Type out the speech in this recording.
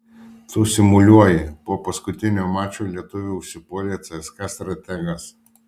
tu simuliuoji po paskutinio mačo lietuvį užsipuolė cska strategas